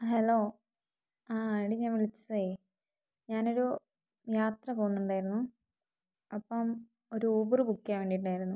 hello ആ എടീ ഞാൻ വിളിച്ചത് ഞാനൊരു യാത്ര പോകുന്നുണ്ടായിരുന്നു അപ്പം ഒരു ഊബറ് ബുക്ക് ചെയ്യാൻ വേണ്ടിട്ടായിരുന്നു